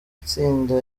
itsinda